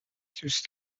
دوست